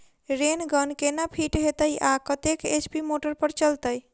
Rain gun केना fit हेतइ आ कतेक एच.पी मोटर पर चलतै?